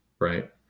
right